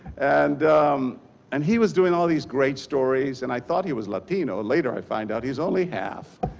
and um and he was doing all these great stories. and i thought he was latino. later i find out he's only half.